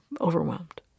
overwhelmed